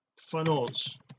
funnels